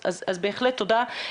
אז בהחלט תודה.